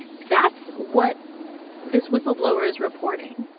that's what this whistleblower is reporting